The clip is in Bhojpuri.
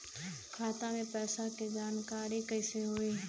खाता मे पैसा के जानकारी कइसे होई?